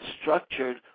structured